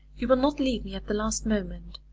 you will not leave me at the last moment,